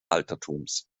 altertums